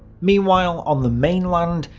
meanwhile on the mainland,